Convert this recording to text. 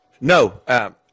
No